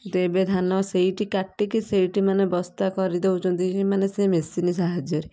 କିନ୍ତୁ ଏବେ ଧାନ ସେଇଠି କାଟିକି ସେଇଠି ମାନେ ବସ୍ତା କରିଦଉଛନ୍ତି କି ସେଇ ମାନେ ମେସିନି ସାହାଯ୍ୟରେ